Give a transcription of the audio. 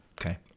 Okay